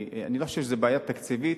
אני לא חושב שזאת בעיה תקציבית,